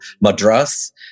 Madras